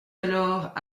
alors